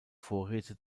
vorräte